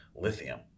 Lithium